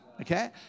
Okay